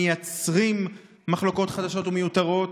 מייצרים מחלוקות חדשות ומיותרות,